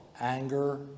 anger